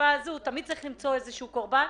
צריך למצוא איזשהו קורבן.